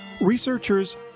Researchers